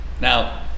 Now